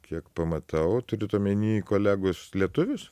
kiek pamatau turit omeny kolegos lietuvius